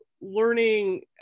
learning